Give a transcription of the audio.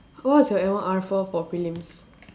what was your L one R four for prelims